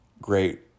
great